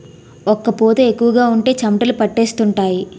ఒక్క పూత ఎక్కువగా ఉంటే చెమటలు పట్టేస్తుంటాయి